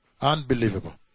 Unbelievable